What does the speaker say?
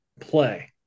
play